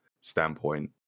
standpoint